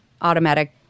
automatic